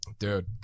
Dude